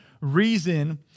reason